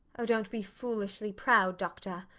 oh, dont be foolishly proud, doctor.